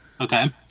Okay